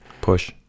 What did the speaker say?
Push